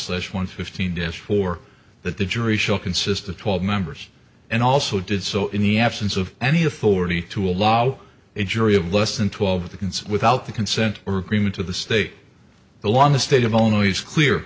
slash one fifteen s for that the jury shall consist of twelve members and also did so in the absence of any authority to allow a jury of less than twelve the kids without the consent or agreement of the state the law in the state of illinois is clear